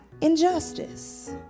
injustice